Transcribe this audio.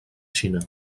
xina